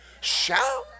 Shout